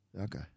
Okay